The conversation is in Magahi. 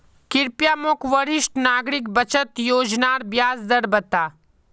कृप्या मोक वरिष्ठ नागरिक बचत योज्नार ब्याज दर बता